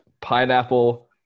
pineapple